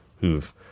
who've